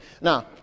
Now